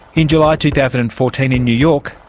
in july two thousand and fourteen in new york,